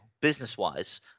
business-wise